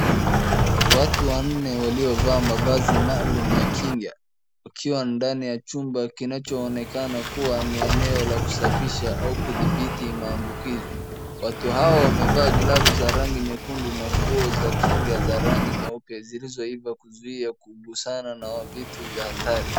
Watu wanne waliovaa mavazi maalum ya kinga wakiwa ndani ya chumba kinachoonekana kuwa ni eneo la kusafisha au kudhibiti maambukizi. Watu hao wamevaa glavu za rangi nyekundu na nguo za kinga za rangi nyeupe zilizoiva kuzuia kugusana na vitu vya hatari.